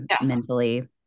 mentally